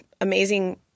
amazing